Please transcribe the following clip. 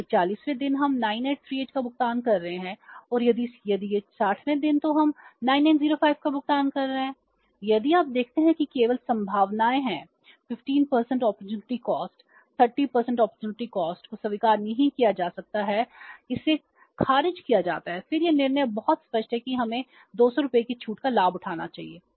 यदि सामान्य अपॉर्चुनिटी कॉस्टको स्वीकार नहीं किया जा सकता है इसे खारिज किया जाता है फिर यह निर्णय बहुत स्पष्ट है कि हमें 200 रुपये की छूट का लाभ उठाना चाहिए